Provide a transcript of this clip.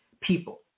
people